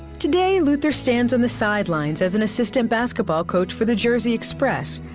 today, luther stands on the sidelines as an assistant basketball coach for the jersey express.